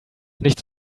nichts